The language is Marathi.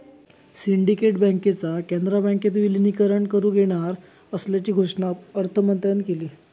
सिंडिकेट बँकेचा कॅनरा बँकेत विलीनीकरण करुक येणार असल्याची घोषणा अर्थमंत्र्यांन केली